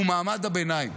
הוא מעמד הביניים,